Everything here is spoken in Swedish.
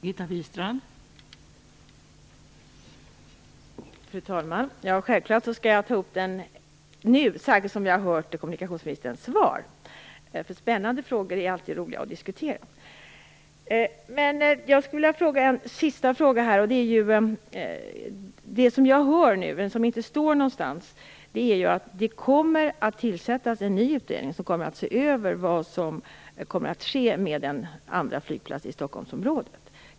Fru talman! Självfallet skall jag ta upp den frågan, särskilt när jag har hört kommunikationsministerns svar. Spännande frågor är alltid roliga att diskutera. Jag skulle vilja ställa en sista fråga. Jag har hört - men det står inte någonstans - att en ny utredning kommer att tillsättas som skall se över vad som kommer att ske med en andra flygplats i Stockholmsområdet.